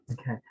Okay